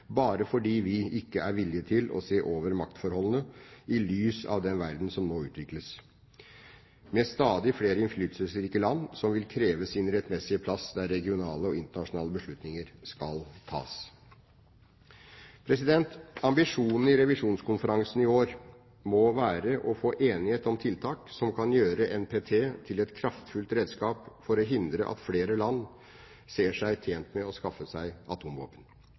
bare fordi vi ikke er villige til å se over maktforholdene i lys av den verden som nå utvikles, med stadig flere innflytelsesrike land som vil kreve sin rettmessige plass, der regionale og internasjonale beslutninger skal tas. Ambisjonene for revisjonskonferansen i år må være å få enighet om tiltak som kan gjøre NPT til et kraftfullt redskap for å hindre at flere land ser seg tjent med å skaffe seg atomvåpen